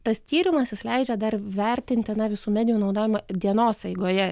tas tyrimas jis leidžia dar vertintinti na visų medijų naudojimą dienos eigoje